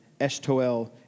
Eshtoel